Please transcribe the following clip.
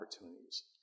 opportunities